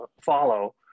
follow